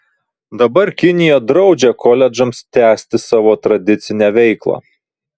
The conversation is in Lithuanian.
dabar kinija draudžia koledžams tęsti savo tradicinę veiklą